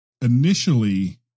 initially